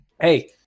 hey